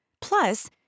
Plus